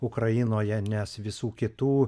ukrainoje nes visų kitų